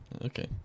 Okay